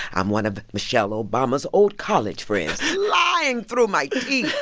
i'm one of michelle obama's old college friends, lying through my teeth.